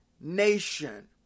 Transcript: nation